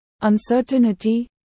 uncertainty